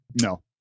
No